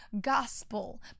Gospel